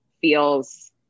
feels